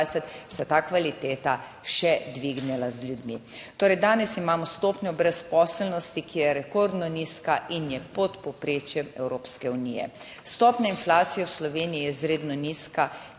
se ta kvaliteta še dvignila z ljudmi. Torej danes imamo stopnjo brezposelnosti, ki je rekordno nizka in je pod povprečjem Evropske unije, stopnja inflacije v Sloveniji je izredno nizka,